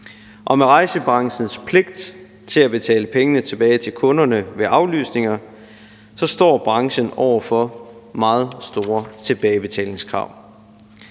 Og med rejsebranchens pligt til at betale pengene tilbage til kunderne ved aflysninger står branchen over for meget store tilbagebetalingskrav.